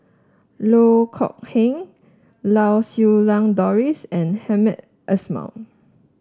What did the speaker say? Loh Kok Heng Lau Siew Lang Doris and Hamed Ismail